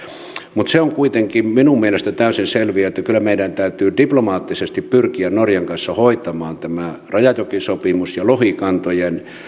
mutta se on kuitenkin minun mielestäni täysin selviö että kyllä meidän täytyy diplomaattisesti pyrkiä norjan kanssa hoitamaan tämä rajajokisopimus ja lohikantojen